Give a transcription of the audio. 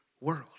world